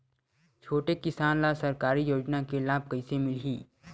छोटे किसान ला सरकारी योजना के लाभ कइसे मिलही?